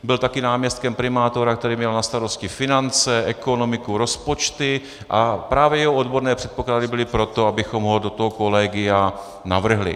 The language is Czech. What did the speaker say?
Byl taky náměstkem primátora, který měl na starosti finance, ekonomiku, rozpočty, a právě jeho odborné předpoklady byly pro to, abychom ho do toho kolegia navrhli.